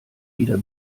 wieder